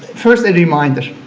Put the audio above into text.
first a reminder.